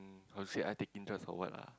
how to say I taking drug for what lah